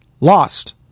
lost